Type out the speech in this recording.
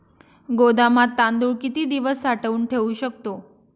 गोदामात तांदूळ किती दिवस साठवून ठेवू शकतो?